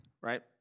right